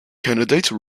candidate